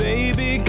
Baby